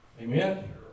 Amen